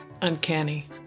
Uncanny